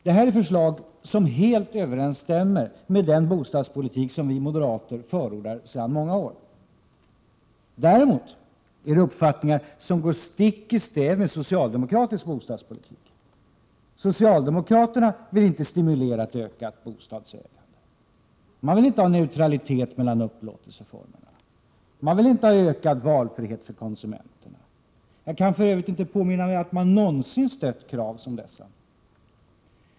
Det här är förslag som helt överensstämmer med den bostadspolitik som vi moderater förordar sedan många år. Däremot är det uppfattningar som går stick i stäv med socialdemokratisk bostadspolitik. Socialdemokraterna vill inte stimulera ett ökat bostadsägande. Man vill inte ha neutralitet mellan upplåtelseformerna, och man vill inte ha ökad valfrihet för konsumenterna. Jag kan för övrigt inte påminna mig att man någonsin stött krav som dessa.